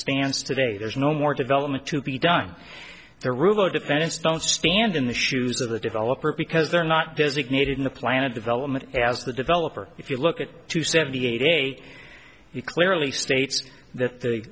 stands today there's no more development to be done there rubio defendants don't stand in the shoes of the developer because they're not designated in the planet development as the developer if you look at to seventy eight you clearly states that the